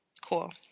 cool